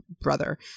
brother